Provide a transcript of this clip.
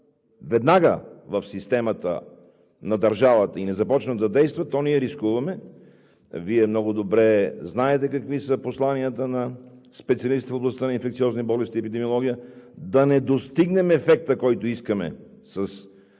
веднага в системата на държавата и не започнат да действат, то ние рискуваме – Вие много добре знаете какви са посланията на специалистите в областта на инфекциозните болести и епидемиология, да не достигнем ефекта, който искаме с